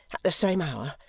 at the same hour,